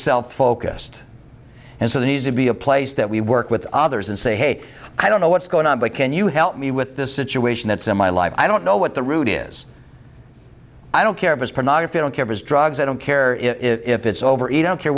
self focused and so the need to be a place that we work with others and say hey i don't know what's going on but can you help me with this situation that's in my life i don't know what the root is i don't care if it's pornography don't care for drugs i don't care if it's over a don't care